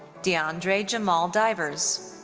deandre jamaal divers.